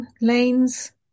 lanes